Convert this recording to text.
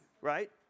right